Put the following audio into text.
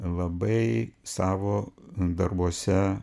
labai savo darbuose